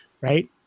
Right